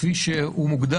כפי שהוא מוגדר,